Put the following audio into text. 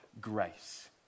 grace